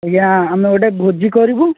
ଆଜ୍ଞା ଆମେ ଗୋଟେ ଭୋଜି କରିବୁ